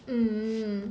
mm